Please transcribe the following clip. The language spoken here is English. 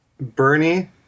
Bernie